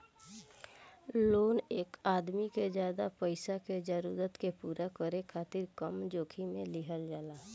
loan एक आदमी के ज्यादा पईसा के जरूरत के पूरा करे खातिर कम जोखिम में लिहल जाला